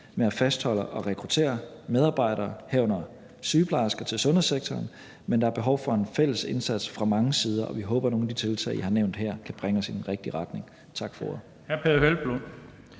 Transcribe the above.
med at fastholde og rekruttere medarbejdere, herunder sygeplejersker, til sundhedssektoren, men der er behov for en fælles indsats fra mange sider, og vi håber, at nogle af de tiltag, jeg har nævnt her, kan bringe os i den rigtige retning. Tak for ordet.